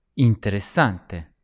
interessante